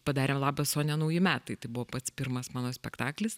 padarėm labas sonia nauji metai tai buvo pats pirmas mano spektaklis